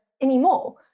anymore